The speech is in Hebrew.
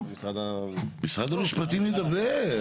משרד המשפטים ידבר.